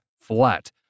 flat